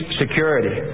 security